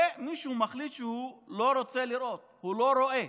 ומי שמחליט שהוא לא רוצה לראות, הוא לא רואה.